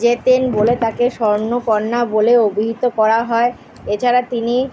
জেতেন বলে তাকে স্বর্ণপর্ণা বলে অভিহিত করা হয় এছাড়া তিনি